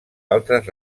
altres